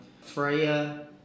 Freya